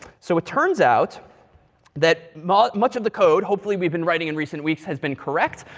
so it turns out that much much of the code, hopefully we've been writing in recent weeks has been correct,